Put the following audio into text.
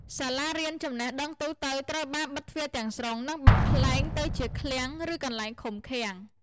សាលារៀនចំណេះដឹងទូទៅត្រូវបានបិទទ្វារទាំងស្រុង និងបំប្លែងទៅជាឃ្លាំង ឬកន្លែងឃុំឃាំង។